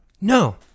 No